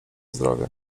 zdrowie